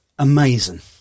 Amazing